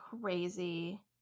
crazy